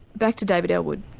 back to david ellwood.